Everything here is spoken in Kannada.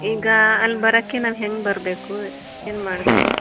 ಈಗ ಅಲ್ಲಿ ಬರೋಕ್ಕೆ ನಾವು ಹೆಂಗೆ ಬರಬೇಕು ಏನು ಮಾಡಬೇಕು